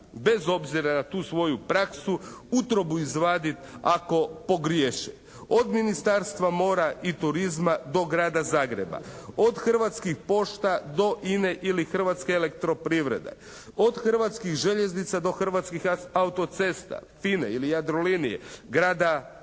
bez obzira na tu svoju praksu utrobu izvaditi ako pogriješe od Ministarstva mora i turizma do Grada Zagreba, od Hrvatskih pošta do INA-e ili Hrvatske elektroprivrede, od Hrvatskih željeznica do Hrvatskih autocesta, FINA-e ili "Jadrolinije", Grada Pule,